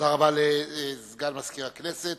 רבה לסגן מזכיר הכנסת.